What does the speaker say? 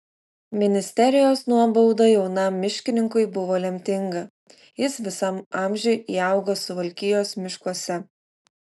ministerijos nuobauda jaunam miškininkui buvo lemtinga jis visam amžiui įaugo suvalkijos miškuose